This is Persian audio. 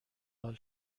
حال